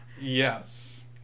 Yes